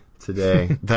today